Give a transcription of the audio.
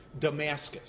Damascus